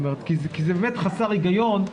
כי זה באמת חסר הגיון,